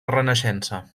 renaixença